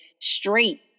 straight